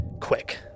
quick